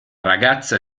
ragazza